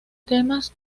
temas